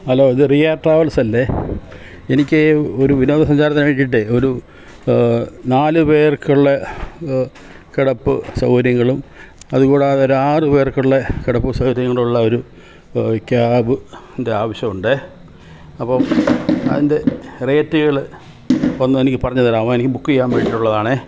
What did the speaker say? hello ഇത് Riya travels അല്ലേ എനിക്കേ ഒരു വിനോദസഞ്ചാരത്തിന് വേണ്ടിയിട്ട് ഒരു നാല് പേർക്കുള്ള കിടപ്പ് സൗകര്യങ്ങളും അതുകൂടാതെ ഒരു ആറ് പേർക്കുള്ള കിടപ്പ് സൗകര്യങ്ങളുമുള്ള ഒരു ക്യാബിൻ്റെ ആവശ്യമുണ്ട് അപ്പം അതിൻ്റെ റേറ്റുകൾ ഒന്നെനിക്ക് പറഞ്ഞു തരാമോ എനിക്ക് ബുക്ക് ചെയ്യാൻ വേണ്ടിയിട്ടുതാണ്